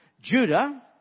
Judah